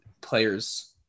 players